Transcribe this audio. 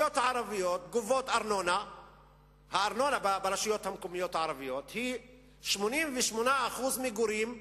הארנונה ברשויות המקומיות הערביות היא 88% מגורים,